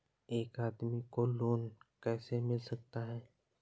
एक आदमी को लोन कैसे मिल सकता है?